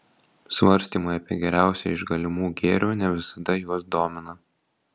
svarstymai apie geriausią iš galimų gėrių ne visada juos domina